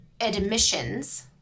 admissions